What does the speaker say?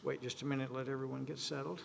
wait just a minute let everyone get settled